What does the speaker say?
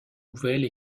nouvelles